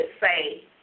say